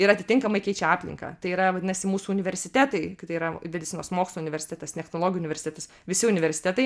ir atitinkamai keičia aplinką tai yra vadinasi mūsų universitetai tai yra medicinos mokslų universitetas technologijų universitetas visi universitetai